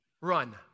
run